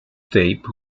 tape